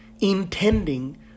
intending